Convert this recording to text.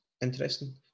Interesting